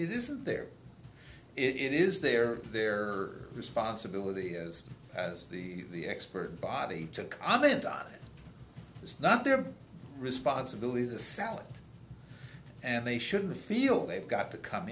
it isn't there it is their their responsibility as well as the the expert body to comment on it's not their responsibility the south and they shouldn't feel they've got to come